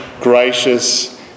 gracious